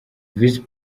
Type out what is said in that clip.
visi